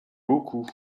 beaucoup